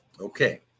Okay